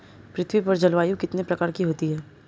पृथ्वी पर जलवायु कितने प्रकार की होती है?